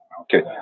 Okay